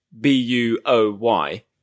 b-u-o-y